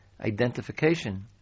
identification